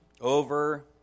over